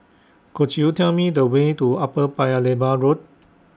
Could YOU Tell Me The Way to Upper Paya Lebar Road